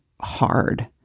hard